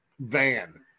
van